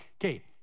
Okay